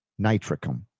nitricum